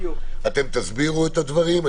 אתם תסבירו את הדברים.